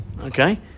okay